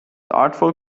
artful